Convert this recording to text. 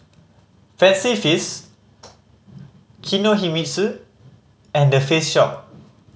Fancy Feast Kinohimitsu and The Face Shop